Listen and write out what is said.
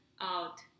out